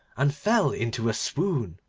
and fell into a swoon.